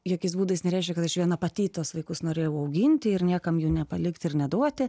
jokiais būdais nereiškia kad aš viena pati į tuos vaikus norėjau auginti ir niekam jų nepalikti ir neduoti